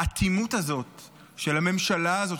האטימות הזאת של הממשלה הזאת,